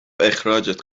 اخراجت